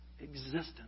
existence